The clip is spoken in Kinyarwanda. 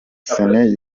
ciney